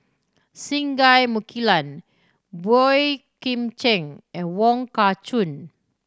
Singai Mukilan Boey Kim Cheng and Wong Kah Chun